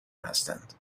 هستند